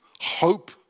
hope